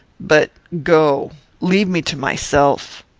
but go leave me to myself.